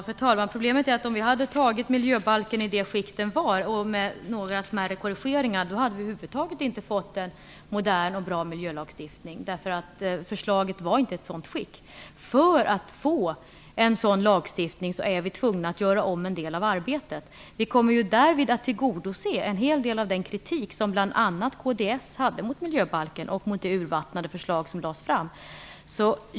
Fru talman! Problemet är att vi över huvud taget inte hade fått en modern och bra miljölagstiftning om vi bara hade gjort några smärre korrigeringar i den föreslagna miljöbalken. Förslaget var inte i ett sådant skick. För att få en sådan lagstiftning är vi tvungna att göra om en del av arbetet. Därvid kommer vi att ta hänsyn till en hel del av den kritik som bl.a. kds hade mot det urvattnade förslag som lades fram om miljöbalken.